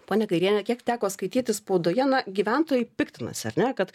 ponia kairiene kiek teko skaityti spaudoje na gyventojai piktinasi ar ne kad